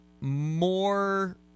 more